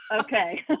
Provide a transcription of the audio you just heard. Okay